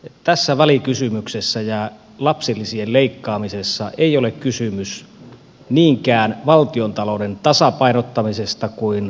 tässä välikysymyksessä ja lapsilisien leikkaamisessa ei ole kysymys niinkään valtiontalouden tasapainottamisesta kuin arvovalinnoista